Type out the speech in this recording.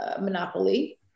Monopoly